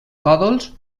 còdols